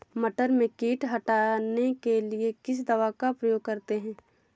मटर में कीट हटाने के लिए किस दवा का प्रयोग करते हैं?